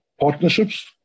partnerships